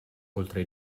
oltre